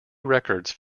records